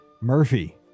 Murphy